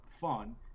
fun